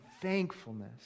thankfulness